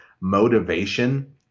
motivation